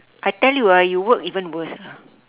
I tell you ah you work even worse ah